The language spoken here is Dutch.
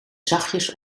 zachtjes